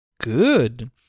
Good